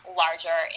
larger